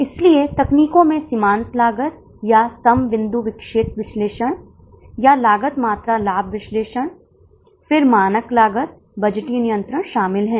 इसलिए हमें school picnic के लिए मूल्य निर्धारण का निर्णय लेना होगा कृपया इस मामले को स्वयं पढ़ें